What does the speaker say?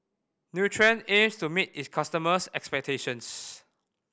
Nutren aims to meet its customers' expectations